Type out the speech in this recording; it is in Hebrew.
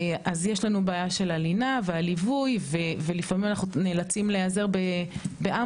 אז יש לנו בעיה של הלינה והליווי ולפעמים אנחנו נאלצים להיעזר באמבולנס,